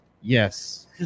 Yes